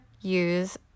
use